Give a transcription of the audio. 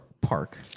Park